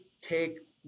take